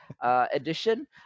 edition